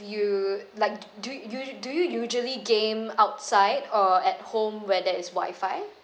you like do you you do you usually game outside or at home where there is wifi